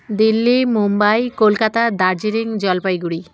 Delhi Mumbai Kolkata Darjeeling Jalpaiguri